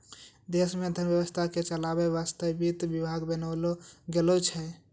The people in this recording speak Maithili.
देश मे धन व्यवस्था के चलावै वासतै वित्त विभाग बनैलो गेलो छै